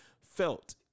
Felt